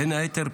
בין היתר,